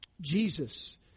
Jesus